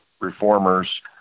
Reformers